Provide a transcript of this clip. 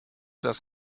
das